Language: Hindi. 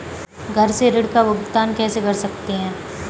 घर से ऋण का भुगतान कैसे कर सकते हैं?